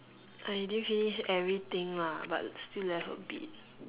I didn't finish everything lah but still left a bit